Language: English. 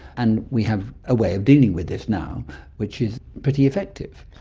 and we have a way of dealing with this now which is pretty effective.